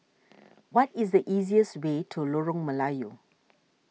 what is the easiest way to Lorong Melayu